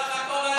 בסך הכול האזרחים.